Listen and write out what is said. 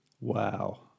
Wow